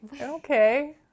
Okay